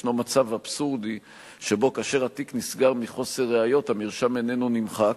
יש מצב אבסורדי שבו כאשר התיק נסגר מחוסר ראיות המרשם איננו נמחק,